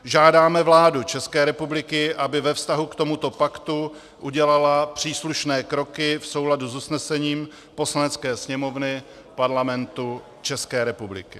Žádáme vládu České republiky, aby ve vztahu k tomuto paktu udělala příslušné kroky v souladu s usnesením Poslanecké sněmovny Parlamentu České republiky.